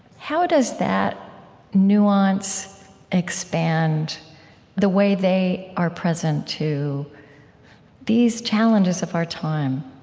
how does that nuance expand the way they are present to these challenges of our time,